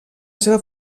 seva